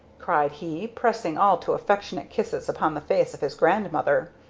cried he, pressing all too affectionate kisses upon the face of his grandmother.